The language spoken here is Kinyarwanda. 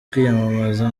kwiyamamaza